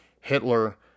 Hitler